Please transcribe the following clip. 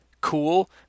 cool